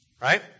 Right